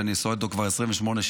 ואני סועד אותו כבר 28 שנה,